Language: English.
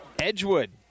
Edgewood